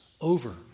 over